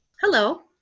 Hello